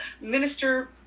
minister